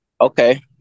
Okay